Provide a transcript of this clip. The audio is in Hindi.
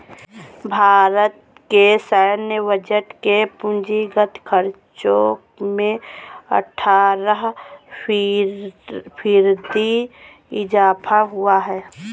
भारत के सैन्य बजट के पूंजीगत खर्चो में अट्ठारह फ़ीसदी इज़ाफ़ा हुआ है